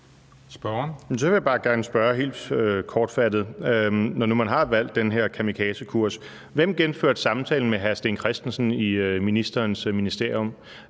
Så vil jeg bare gerne spørge helt kortfattet, når nu man har valgt den her kamikazekurs: Hvem gennemførte samtalen med hr. Sten Kristensen i ministerens ministerium?